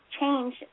change